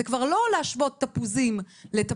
זה כבר לא להשוות תפוזים לתפוזים,